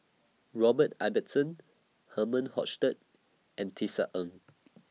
Robert Ibbetson Herman Hochstadt and Tisa Ng